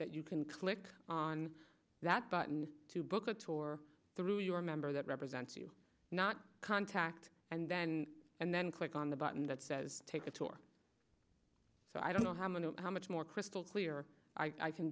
that you can click on that button to book a tour through your member that represents you not contact and then and then click on the button that says take it or so i don't know how many how much more crystal clear i can